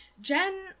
Jen